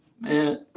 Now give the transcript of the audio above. Man